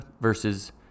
versus